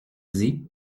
dis